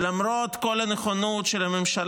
אני מאוד מאוד מקווה שלמרות כל הנכונות של הממשלה,